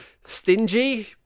stingy